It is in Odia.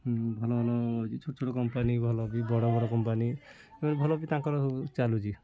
ଭଲ ଭଲ ଏଇ ଛୋଟ ଛୋଟ କମ୍ପାନୀ ଭଲ ବି ବଡ଼ ବଡ଼ କମ୍ପାନୀ ଭଲ ବି ତାଙ୍କର ଚାଲୁଛି